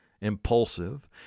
impulsive